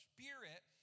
Spirit